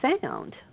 sound